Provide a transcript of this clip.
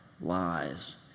lies